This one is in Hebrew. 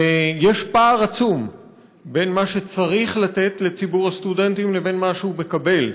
ויש פער עצום בין מה שצריך לתת לציבור הסטודנטים לבין מה שהוא מקבל.